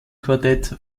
quartett